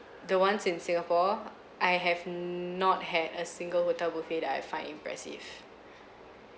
the ones in singapore I have not had a single hotel buffet that I find impressive